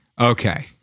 Okay